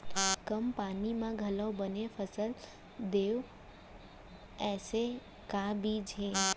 कम पानी मा घलव बने फसल देवय ऐसे का बीज हे?